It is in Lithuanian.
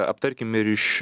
aptarkim ir iš